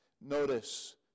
Notice